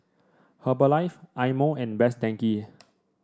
Herbalife Eye Mo and Best Denki